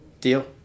deal